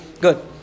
Good